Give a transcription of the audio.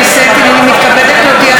כי הונחו היום על שולחן הכנסת,